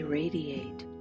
radiate